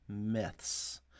myths